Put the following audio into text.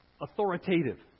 authoritative